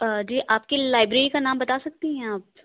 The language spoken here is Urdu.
جی آپ کی لائبریری کا نام بتا سکتی ہیں آپ